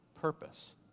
purpose